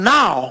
now